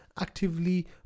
actively